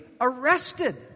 arrested